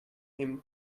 him